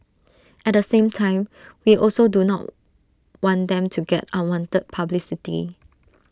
at the same time we also do not want them to get unwanted publicity